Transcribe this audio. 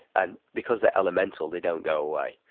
and because they're elemental, they don't go away,